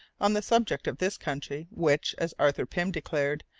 on the subject of this country, which, as arthur pym declared,